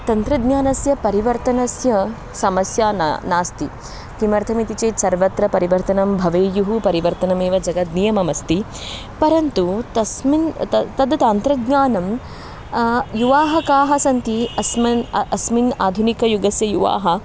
तन्त्रज्ञानस्य परिवर्तनस्य समस्या न अस्ति किमर्थमिति चेत् सर्वत्र परिवर्तनं भवेयुः परिवर्तनमेव जगतः नियममस्ति परन्तु तस्मिन् ता तद् तन्त्रज्ञानं युवाः काः सन्ति अस्मिन् अस्मिन् आधुनिकयुगस्य युवाः